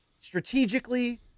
strategically